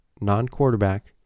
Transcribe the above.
non-quarterback